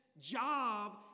job